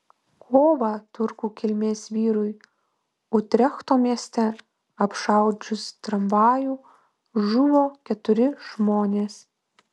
kovą turkų kilmės vyrui utrechto mieste apšaudžius tramvajų žuvo keturi žmonės